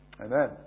Amen